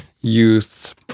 youth